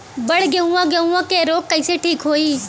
बड गेहूँवा गेहूँवा क रोग कईसे ठीक होई?